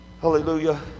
Hallelujah